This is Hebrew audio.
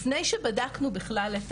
לפני שבדקנו בכלל את